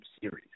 series